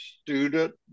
student